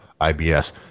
IBS